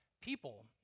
people